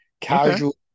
casual